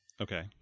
Okay